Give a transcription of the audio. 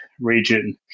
region